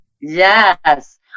Yes